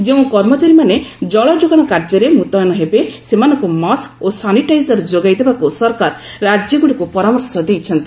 ଯେଉଁ କର୍ମଚାରୀମାନେ ଜଳ ଯୋଗାଣ କାର୍ଯ୍ୟରେ ମୁତୟନ ହେବେ ସେମାନଙ୍କୁ ମାସ୍କ୍ ଓ ସାନିଟାଇଜର ଯୋଗାଇ ଦେବାକୁ ସରକାର ରାଜ୍ୟଗୁଡ଼ିକୁ ପରାମର୍ଶ ଦେଇଛନ୍ତି